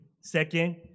Second